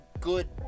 good